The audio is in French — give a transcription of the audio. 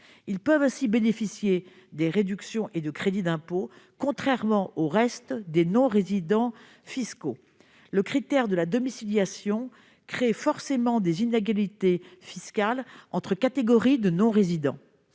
Ils peuvent ainsi bénéficier de réductions et de crédits d'impôt, contrairement au reste des non-résidents fiscaux. Le critère de la domiciliation crée forcément des inégalités fiscales entre catégories de non-résidents.